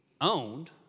owned